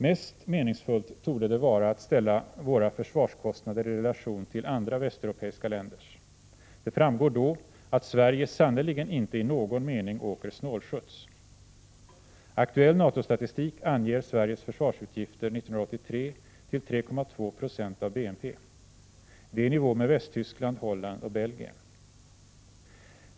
Mest meningsfullt torde det vara att ställa våra försvarskostnader i relation till andra västeuropeiska länders. Det framgår då att Sverige sannerligen inte i någon mening åker snålskjuts. Aktuell NATO-statistik anger Sveriges försvarsutgifter 1983 till 3,2 90 av BNP. Det är i nivå med motsvarande andelar i Västtyskland, Holland och Belgien.